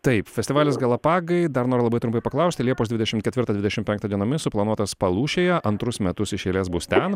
taip festivalis galapagai dar noriu labai trumpai paklausti liepos dvidešim ketvirtą dvidešim penktą dienomis suplanuotas palūšėje antrus metus iš eilės bus ten